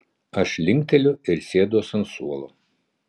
aš linkteliu ir sėduos ant suolo